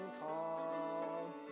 call